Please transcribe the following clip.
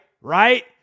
right